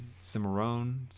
cimarron